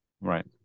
Right